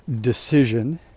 decision